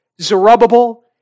Zerubbabel